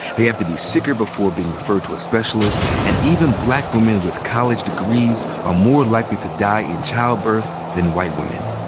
they have to be sicker before being referred to a specialist. and even black women with college degrees are more likely to die in childbirth than white women.